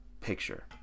picture